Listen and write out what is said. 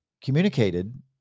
communicated